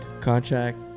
contract